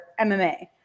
MMA